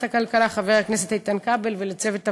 הכלכלה חבר הכנסת איתן כבל ולצוות הוועדה.